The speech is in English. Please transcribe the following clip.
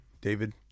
david